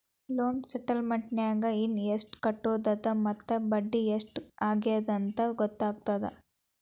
loan ಸ್ಟೇಟಮೆಂಟ್ನ್ಯಾಗ ಇನ ಎಷ್ಟ್ ಕಟ್ಟೋದದ ಮತ್ತ ಬಡ್ಡಿ ಎಷ್ಟ್ ಆಗ್ಯದಂತ ಗೊತ್ತಾಗತ್ತ